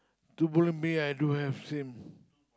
two bowl me I don't have same